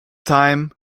time